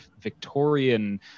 victorian